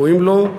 ראויים לו.